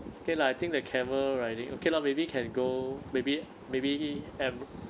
it's okay lah I think the camel riding okay lah maybe can go maybe maybe